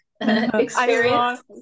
experience